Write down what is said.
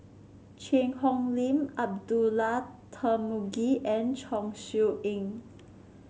Cheang Hong Lim Abdullah Tarmugi and Chong Siew Ying